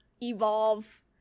evolve